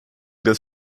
des